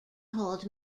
hold